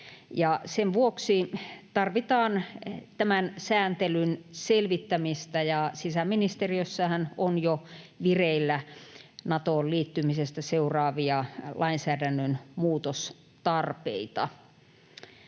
sen vuoksi tarvitaan tämän sääntelyn selvittämistä, ja sisäministeriössähän on jo vireillä Natoon liittymisestä seuraavia lainsäädännön muutostarpeita.